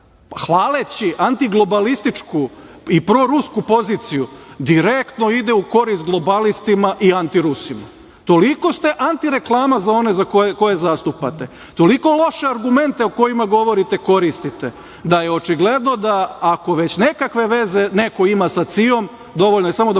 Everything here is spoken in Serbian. hvaleći antiglobalističku i prorusku poziciju, direktno ide u korist globalistima i antirusima. Toliko ste antireklama za one koje zastupate, toliko loše argumente, o kojima govorite, koristite da je očigledno da, ako već nekakve veze neko ima sa CIA-om, dovoljno je samo da